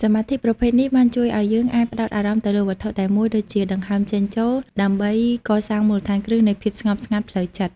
សមាធិប្រភេទនេះបានជួយឱ្យយើងអាចផ្តោតអារម្មណ៍ទៅលើវត្ថុតែមួយដូចជាដង្ហើមចេញចូល ដើម្បីកសាងមូលដ្ឋានគ្រឹះនៃភាពស្ងប់ស្ងាត់ផ្លូវចិត្ត។